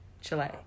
Chile